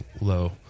low